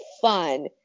fun